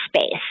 space